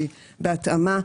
שהיא בהתאמה,